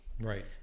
right